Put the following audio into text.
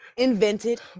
Invented